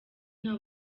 nta